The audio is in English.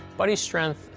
buddy's strength.